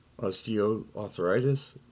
osteoarthritis